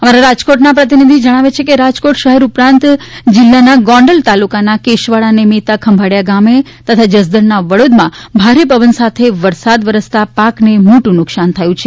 અમારા પ્રતિનિધિ જણાવે છે કે રાજકોટ શહેર ઉપરાંત જિલ્લાના ગોંડલ તાલુકાના કેશવાળા અને મેતા ખંભાળીયા ગામે તથા જસદણના વડોદમાં ભારે પવન સાથે વરસાદ વરસતા પાકને મોટું નુકસાન થયું છે